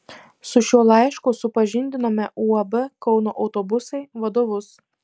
su šiuo laišku supažindinome uab kauno autobusai vadovus